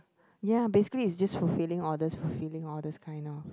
ya basically is just for filling orders filling orders kind lah